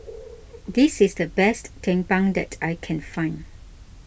this is the best Tumpeng that I can find